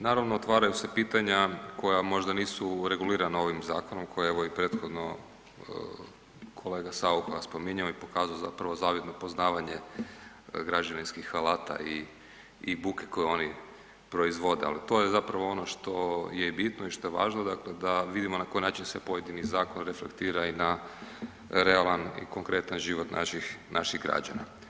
Naravno otvaraju se pitanja koja možda nisu regulirana ovim zakonom, koje evo i prethodno kolega Saucha je spominjao i pokazao zapravo zavidno poznavanje građevinskih alata i buke koji oni proizvode, ali to je zapravo ono što je bitno i što je važno, dakle da vidimo na koji način se pojedini zakon reflektira i na realan i konkretan život naših građana.